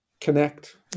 connect